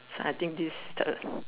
I think this is the